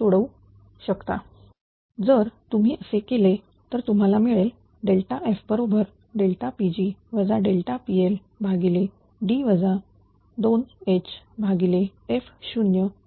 तर जर तुम्ही असे केले तर तुम्हाला मिळेल fPg PLD